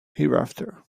hereafter